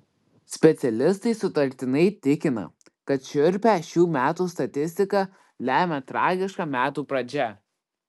specialistai sutartinai tikina kad šiurpią šių metų statistiką lemia tragiška metų pradžia